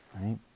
Right